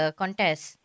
contest